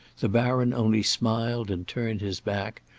the baron only smiled and turned his back,